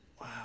Wow